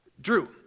Drew